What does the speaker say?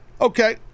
okay